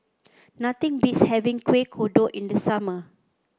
nothing beats having Kuih Kodok in the summer